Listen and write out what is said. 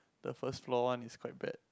the first floor one is quite bad